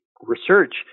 research